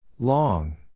Long